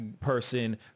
person